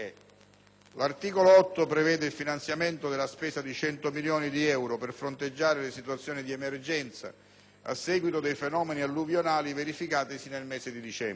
L'articolo 8 prevede il finanziamento della spesa di 100 milioni di euro per fronteggiare le situazioni di emergenza a seguito dei fenomeni alluvionali verificatisi nel mese di dicembre.